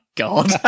god